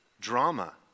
drama